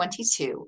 22